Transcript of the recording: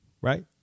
Right